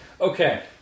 Okay